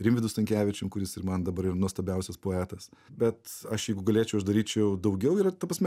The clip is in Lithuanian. rimvydu stankevičium kuris ir man dabar yra nuostabiausias poetas bet aš jeigu galėčiau aš daryčiau daugiau ir ta prasme